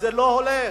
זה לא הולך.